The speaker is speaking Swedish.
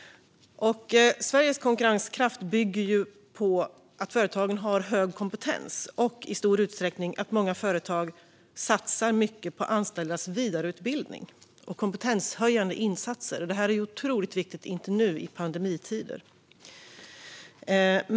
Sveriges konkurrenskraft bygger på att företagen har hög kompetens och i stor utsträckning på att många företag satsar mycket på sina anställdas vidareutbildning och på kompetenshöjande insatser. Detta är otroligt viktigt inte minst nu i pandemitider.